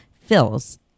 fills